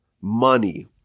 money